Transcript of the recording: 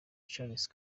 charles